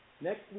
Next